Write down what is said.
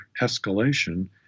escalation